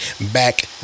back